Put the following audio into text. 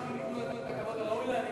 אשמח אם ייתנו לה את הכבוד הראוי לה.